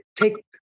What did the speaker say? take